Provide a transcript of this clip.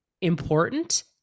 important